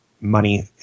money